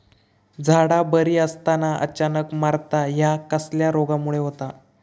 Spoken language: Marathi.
झाडा बरी असताना अचानक मरता हया कसल्या रोगामुळे होता?